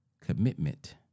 commitment